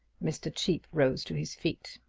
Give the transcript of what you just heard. mr. cheape rose to his feet.